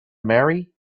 marry